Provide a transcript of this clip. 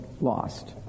lost